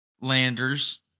Landers